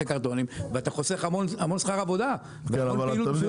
הקרטונים ואתה חוסך המון שכר עבודה והמון פעילות מיותרת.